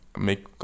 make